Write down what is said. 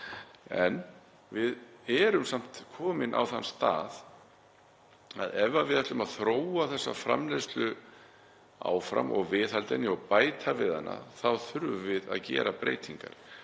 Við erum samt komin á þann stað að ef við ætlum að þróa þessa framleiðslu áfram og viðhalda henni og bæta við hana þá þurfum við að gera breytingar.